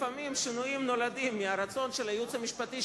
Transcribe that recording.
לפעמים שינויים נולדים מהרצון של הייעוץ המשפטי,